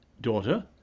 daughter